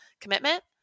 commitment